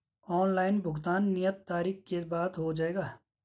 Online भुगतान नियत तारीख के बाद हो जाएगा?